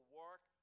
work